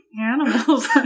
animals